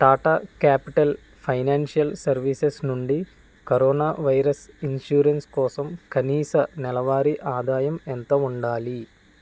Tata capital financial services నుండి corona virus insurance కోసం కనీస నెలవారి ఆదాయం ఎంత ఉండాలి